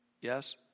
Yes